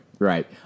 right